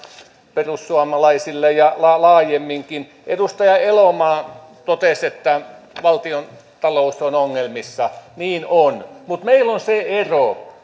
perussuomalaisille ja laajemminkin edustaja elomaa totesi että valtiontalous on ongelmissa niin on mutta meillä on se ero